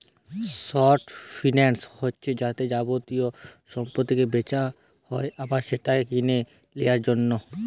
short finance হচ্ছে যাতে যাবতীয় সম্পত্তিকে বেচা হয় আবার সেটাকে কিনে লিয়ার জন্যে